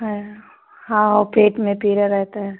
हाँ हाँ ओ पेट में पीड़ा रहता है